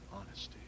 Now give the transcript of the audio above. honesty